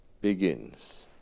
begins